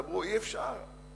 אמרו: אי-אפשר.